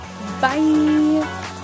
Bye